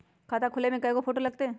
खाता खोले में कइगो फ़ोटो लगतै?